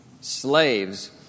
slaves